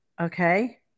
Okay